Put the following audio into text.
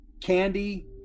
Candy